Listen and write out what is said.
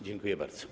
Dziękuję bardzo.